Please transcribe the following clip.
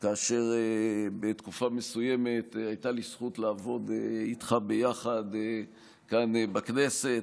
כאשר בתקופה מסוימת הייתה לי הזכות לעבוד איתך ביחד כאן בכנסת.